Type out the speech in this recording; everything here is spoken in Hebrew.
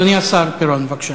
אדוני השר פירון, בבקשה.